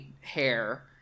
hair